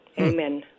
Amen